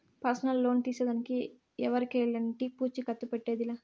personal loan తీసేదానికి ఎవరికెలంటి పూచీకత్తు పెట్టేదె లా